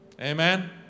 Amen